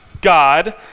God